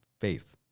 faith